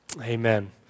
amen